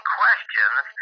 questions